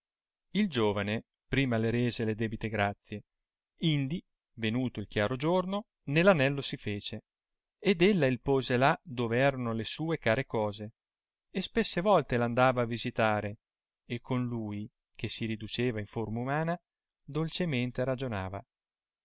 il giovane prima le rese le debite grazie indi venuto il chiaro giorno nell'anello si fece ed ella il pose là dove erano le sue care cose e spesse volte r andava a visitare e con lui che si riduceva in t'orma umana dolcemente ragionava